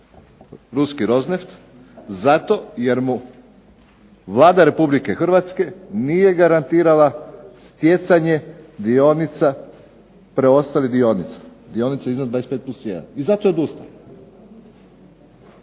ruski Rosneft, zato jer mu Vlada Republike Hrvatske nije garantirala stjecanje dionica, preostalih dionica, dionica iznad 25+1. I zato je odustao.